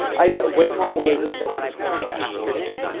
i get way more engagement than when i post in the afternoon.